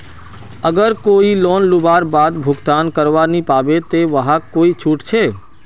अगर कोई लोन लुबार बाद भुगतान करवा नी पाबे ते वहाक कोई छुट छे?